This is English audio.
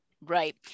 Right